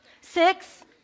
six